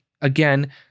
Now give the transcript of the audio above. again